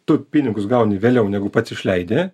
tu pinigus gauni vėliau negu pats išleidi